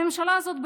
הממשלה הזאת,